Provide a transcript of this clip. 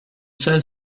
seule